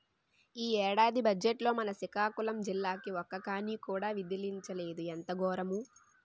ఈ ఏడాది బజ్జెట్లో మన సికాకులం జిల్లాకి ఒక్క కానీ కూడా విదిలించలేదు ఎంత గోరము